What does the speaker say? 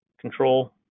control